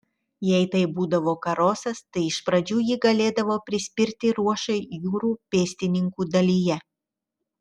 jei tai būdavo karosas tai iš pradžių jį galėdavo prispirti ruošai jūrų pėstininkų dalyje